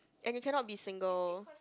and you cannot be single